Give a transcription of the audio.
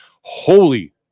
Holy